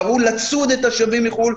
קראו "לצוד" את השבים מחו"ל,